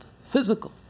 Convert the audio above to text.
physical